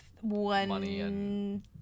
one